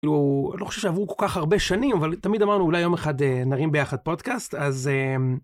לא חושב שעברו כל כך הרבה שנים, אבל תמיד אמרנו אולי יום אחד נרים ביחד פודקאסט, אז